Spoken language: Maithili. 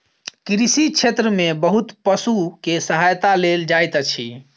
कृषि क्षेत्र में बहुत पशु के सहायता लेल जाइत अछि